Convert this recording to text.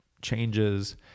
changes